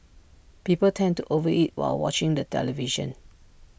people tend to over eat while watching the television